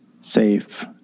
safe